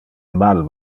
mal